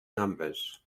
numbers